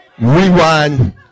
rewind